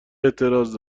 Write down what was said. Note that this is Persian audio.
اعتراض